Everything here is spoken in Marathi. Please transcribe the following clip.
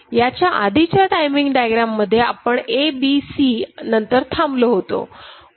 याच्या आधीच्या टाइमिंग डायग्राम मध्ये आपण ABआणि C नंतर थांबलो होतो